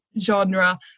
genre